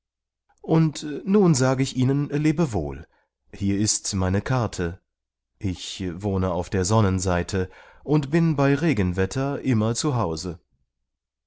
und nun sage ich ihnen lebewohl hier ist meine karte ich wohne auf der sonnenseite und bin bei regenwetter immer